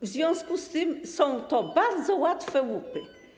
W związku z tym są to bardzo łatwe łupy.